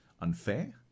unfair